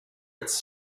its